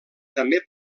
també